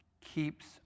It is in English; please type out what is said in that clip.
keeps